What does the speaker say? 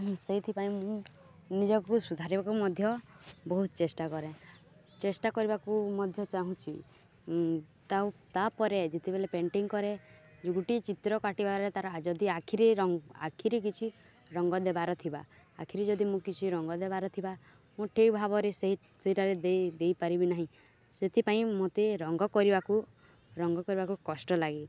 ସେଇଥିପାଇଁ ମୁଁ ନିଜକୁ ସୁଧାରିବାକୁ ମଧ୍ୟ ବହୁତ ଚେଷ୍ଟା କରେ ଚେଷ୍ଟା କରିବାକୁ ମଧ୍ୟ ଚାହୁଁଛି ତା' ତାପରେ ଯେତେବେଳେ ପେଣ୍ଟିଂ କରେ ଗୋତେ ଚିତ୍ର କାଟିବାରେ ତାର ଯଦି ଆଖିରେ ଆଖିରେ କିଛି ରଙ୍ଗ ଦେବାର ଥିବା ଆଖିରେ ଯଦି ମୁଁ କିଛି ରଙ୍ଗ ଦେବାର ଥିବା ମୁଁ ଠିକ୍ ଭାବରେ ସେଇ ସେଇଟାରେ ଦେଇ ଦେଇପାରିବି ନାହିଁ ସେଥିପାଇଁ ମୋତେ ରଙ୍ଗ କରିବାକୁ ରଙ୍ଗ କରିବାକୁ କଷ୍ଟ ଲାଗେ